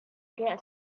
guess